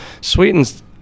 sweeten's